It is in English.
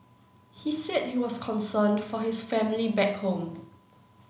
he said he was concerned for his family back home